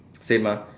same ah